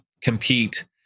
compete